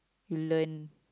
you learn